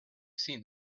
seen